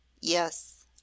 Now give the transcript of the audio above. YES